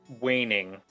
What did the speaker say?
waning